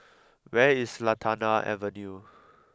where is Lantana Avenue